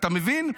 אתה מבין?